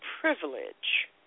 privilege